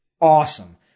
awesome